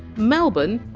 melbourne,